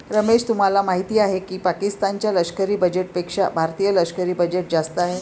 रमेश तुम्हाला माहिती आहे की पाकिस्तान च्या लष्करी बजेटपेक्षा भारतीय लष्करी बजेट जास्त आहे